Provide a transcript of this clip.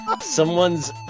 someone's